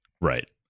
right